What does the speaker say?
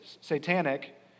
satanic